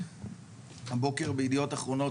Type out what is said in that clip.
מתפרסמת הבוקר ב'ידיעות אחרונות'